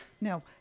No